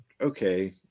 okay